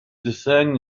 discern